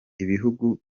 ibihugu